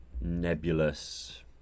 nebulous